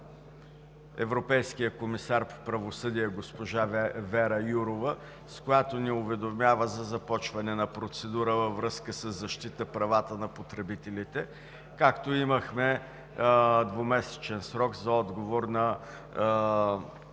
европейския комисар по правосъдие – госпожа Вера Йоурова, с което ни уведомява за започване на процедура във връзка със защита правата на потребителите, както и имахме двумесечен срок за отговор и